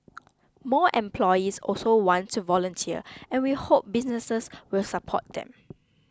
more employees also want to volunteer and we hope businesses will support them